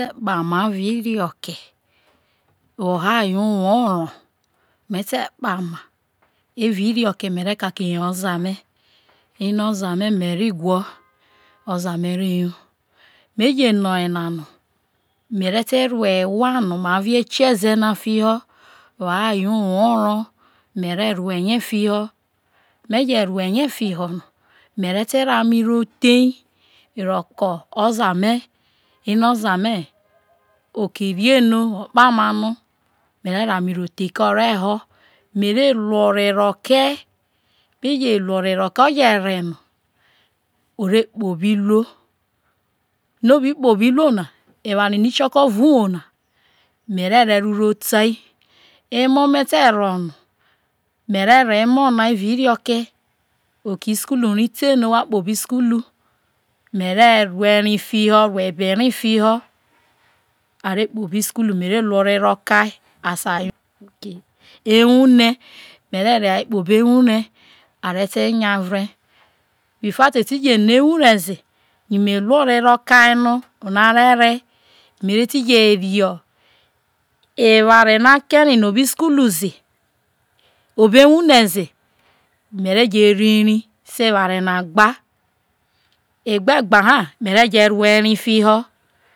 Me te kpama evao irioke woho aye uwo oro me te kpama evao iroko me re ka ki yo oza me me ri guo oza me re yo, me je no oye na no, me re te rue egwa no mai vie kieze na fiho woho aye uwo oro me re rue ye fiho me je rue ye fiho no thei roko oza me ino oza me okirie no, o kpama no me re ro ame ro the ke ore ho, mere wo ore ro ke, me je ino re no, ore kpoobi iruo, no bi kpobi uluo na eware ne ikioko evao uwo na mere re ero ro tai emo me te ro no, me re ro emo na evao irioke, oke isukulu ri te no wha kpo obo isukulu, me re rue ri fiho rue ebe ri fiho are kpo obi isukulu mere lu ore ro kai a muke iwune me re rehai kpo obo ewune are te nya ure, before a te ti no obo ewure ze yo me lu ore ro kai no ono are re mere ti je rio eware no ake ri no obo isukulu ze obo ewune ze mere je ri ri se eware na gba, egbe gba ha mere je rue ri fiho